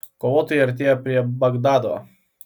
kovotojai artėja prie bagdado